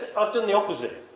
i've done the opposite.